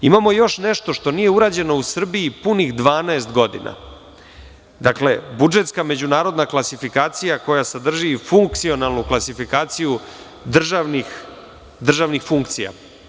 Imamo još nešto što nije urađeno u Srbiji punih 12 godina, dakle, budžetska međunarodna klasifikacija koja sadrži i funkcionalnu klasifikaciju državnih funkcija.